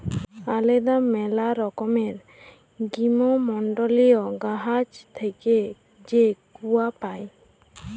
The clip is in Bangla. আলেদা ম্যালা রকমের গীষ্মমল্ডলীয় গাহাচ থ্যাইকে যে কূয়া পাই